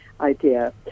idea